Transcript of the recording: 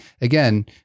again